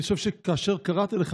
אני חושב שכאשר קראתי לך,